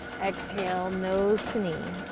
exhale, nose to knee.